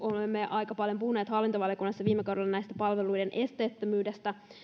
olemme aika paljon puhuneet hallintovaliokunnassa viime kaudella tästä palveluiden esteettömyydestä